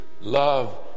love